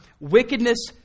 wickedness